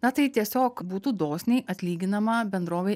na tai tiesiog būtų dosniai atlyginama bendrovei